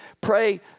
Pray